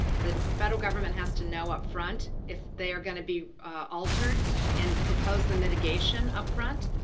the federal government has to know up front if they are going to be altered and propose the mitigation up front,